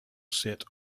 sit